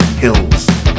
Hills